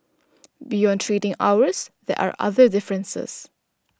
beyond trading hours there are other differences